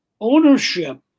ownership